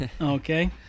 Okay